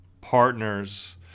partners